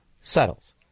settles